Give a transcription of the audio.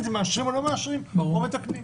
אם מאשרים או לא מאשרים או מתקנים.